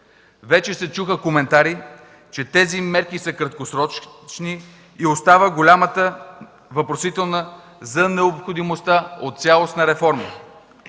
Вече се чуха коментари, че тези мерки са краткосрочни и остава голямата въпросителна за необходимостта от цялостна реформа.